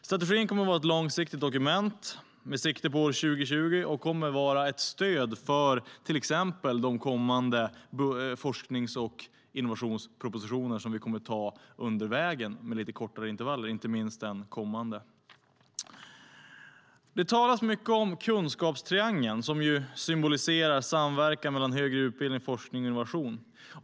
Strategin kommer att vara ett långsiktigt dokument med sikte på år 2020 och kommer att vara ett stöd för till exempel de kommande forsknings och innovationspropositioner som vi kommer att anta under vägen med lite kortare intervaller, inte minst den kommande. Det talas mycket om Kunskapstriangeln, som symboliserar samverkan mellan högre utbildning, forskning och innovation.